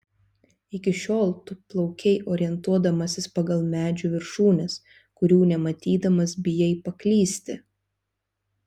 iki šiol tu plaukei orientuodamasis pagal medžių viršūnes kurių nematydamas bijai paklysti